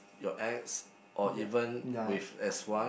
your ex or even with s_y